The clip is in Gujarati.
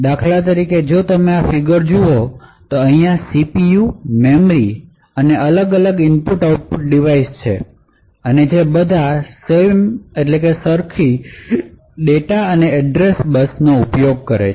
દાખલા તરીકે જો તમે આ ફિગર જુઓ તો અહીંયા cpu મેમરી અને અલગ અલગ ઇનપુટ આઉટપુટ ડિવાઇસ છે કે જે બધા સરખી ડેટા અને એડ્રેસ બસ શેર કરે છે